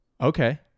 Okay